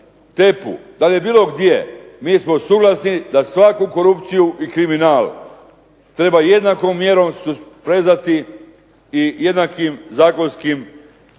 da li je bilo gdje, mi smo suglasni da svaku korupciju i kriminal treba jednakom mjerom susprezati i jednakom zakonskim rigidnošću